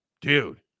Dude